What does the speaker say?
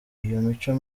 mico